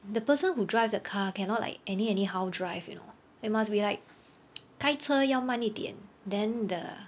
the person who drive the car cannot like any anyhow drive you know they must be like 开车要慢一点 then the